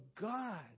God